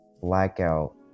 blackout